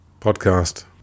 podcast